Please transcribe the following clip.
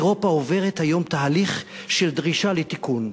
אירופה עוברת היום תהליך של דרישה לתיקון.